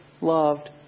loved